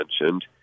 mentioned